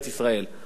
אבל אולמרט